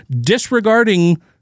Disregarding